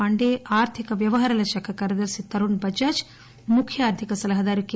పాండే ఆర్గిక వ్యవహారాల శాఖకార్యదర్ని తరుణ్ బజాజ్ ముఖ్య ఆర్థిక సలహాదారు కె